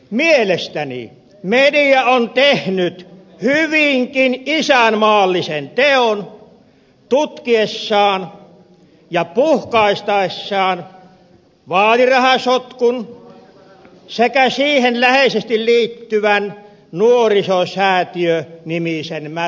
mielestäni media on tehnyt hyvinkin isänmaallisen teon tutkiessaan ja puhkaistessaan vaalirahasotkun sekä siihen läheisesti liittyvän nuorisosäätiö nimisen mätäpaiseen